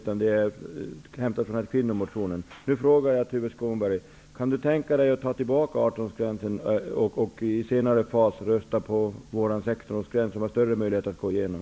Den är hämtad från kvinnomotionen. Nu frågar jag Tuve Skånberg: Kan Tuve Skånberg tänka sig att ta tillbaka yrkandet om 18-årsgränsen och i en senare fas rösta på 16-årsgränsen, som har större möjlighet att gå igenom?